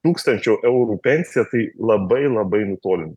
tūkstančio eurų pensiją tai labai labai nutolins